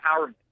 empowerment